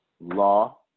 Law